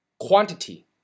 quantity